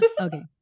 Okay